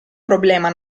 problema